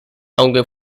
aunque